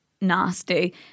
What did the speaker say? nasty